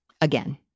again